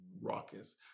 raucous